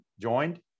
joined